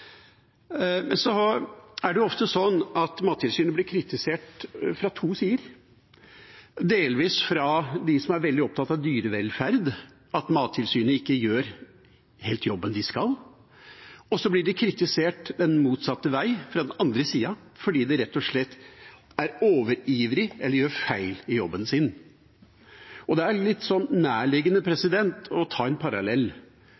er ofte slik at Mattilsynet blir kritisert fra to sider, delvis fra dem som er veldig opptatt av dyrevelferd, for at Mattilsynet ikke helt gjør jobben de skal gjøre, og så blir de kritisert den motsatte vei, fra den andre siden, fordi de rett og slett er overivrige eller gjør feil i jobben sin. Det er litt nærliggende å ta en parallell,